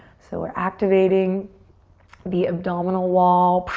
so we're activating the abdominal wall.